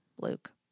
Luke